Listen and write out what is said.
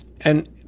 And-